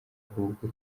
ahubwo